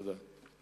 תודה.